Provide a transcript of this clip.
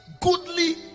goodly